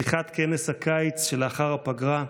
לפתיחת כנס הקיץ שלאחר הפגרה.